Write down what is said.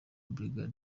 brig